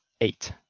eight